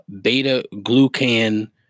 beta-glucan